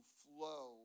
flow